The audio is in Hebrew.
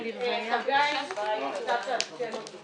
הם אז ניגשו למכרז הם לא זכו בגלל הנגישות,